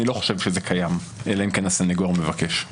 אני לא חושב שזה קיים אלא אם כן הסניגור מבקש.